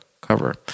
cover